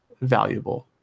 valuable